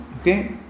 Okay